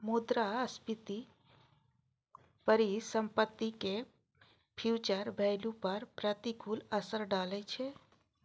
मुद्रास्फीति परिसंपत्ति के फ्यूचर वैल्यू पर प्रतिकूल असर डालै छै